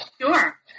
Sure